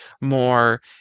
more